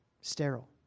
Sterile